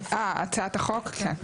אה, הצעת החוק, כן.